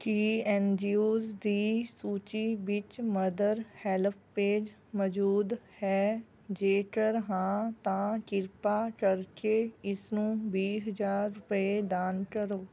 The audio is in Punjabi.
ਕੀ ਐਨਜੀਓਜ਼ ਦੀ ਸੂਚੀ ਵਿੱਚ ਮਦਰ ਹੈਲਪੇਜ ਮੌਜੂਦ ਹੈ ਜੇਕਰ ਹਾਂ ਤਾਂ ਕਿਰਪਾ ਕਰਕੇ ਇਸਨੂੰ ਵੀਹ ਹਜ਼ਾਰ ਰੁਪਏ ਦਾਨ ਕਰੋ